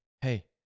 hey